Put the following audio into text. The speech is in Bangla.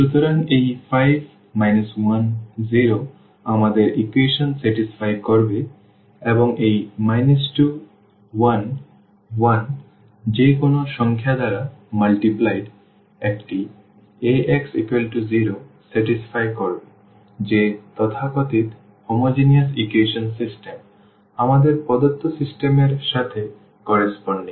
সুতরাং এই 5 1 0 আমাদের ইকুয়েশন সন্তুষ্ট করবে এবং এই 2 1 1 যে কোনও সংখ্যা দ্বারা গুণিত এটি Ax0 সন্তুষ্ট করবে যে তথাকথিত হোমোজেনিয়াস ইকুয়েশন সিস্টেম আমাদের প্রদত্ত সিস্টেম এর সাথে সামঞ্জস্যপূর্ণ